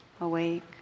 awake